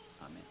Amen